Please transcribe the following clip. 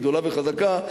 גדולה וחזקה,